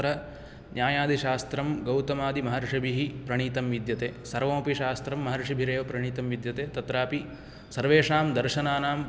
तत्र न्यायादिशास्त्रं गौतमादिमहर्षिभिः प्रणीतं विद्यते सर्वमपि शास्त्रं महर्षिभिः प्रणीतं विद्यते तत्रापि सर्वेषां दर्शनानां